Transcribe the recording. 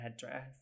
headdress